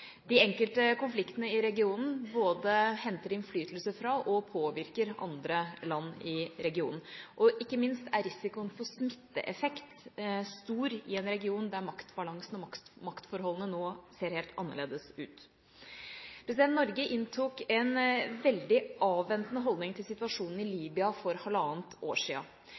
De enkelte konfliktene i regionen henter innflytelse fra og påvirker andre land i regionen, og ikke minst er risikoen for en smitteeffekt stor i en region der maktbalansen og maktforholdene nå ser helt annerledes ut. Norge inntok en veldig avventende holdning til situasjonen i Libya for halvannet år